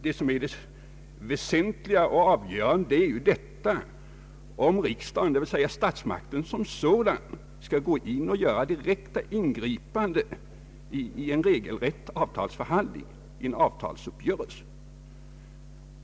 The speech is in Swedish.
Det väsentliga och avgörande är ju om riksdagen, d.v.s. statsmakten som sådan, skall göra direkta ingripanden i en regelrätt avtalsuppgörelse.